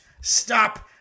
stop